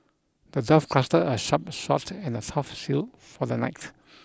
the dwarf crafted a sharp sword and a tough shield for the knight